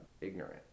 ignorant